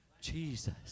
Jesus